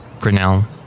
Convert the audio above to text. Grinnell